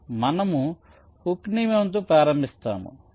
మనము హుక్ నియమం తో ప్రారంభిస్తాము